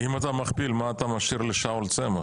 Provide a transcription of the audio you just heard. אם אתה מכפיל, מה אתה משאיר לשאול צמח?